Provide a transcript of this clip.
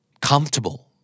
Comfortable